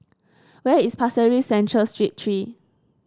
where is Pasir Ris Central Street Three